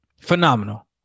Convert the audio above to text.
Phenomenal